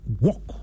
walk